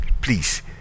Please